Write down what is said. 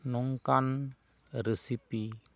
ᱱᱚᱝᱠᱟᱱ ᱨᱮᱥᱤᱯᱤ